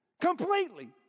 Completely